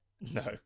no